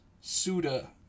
Suda